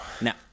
Now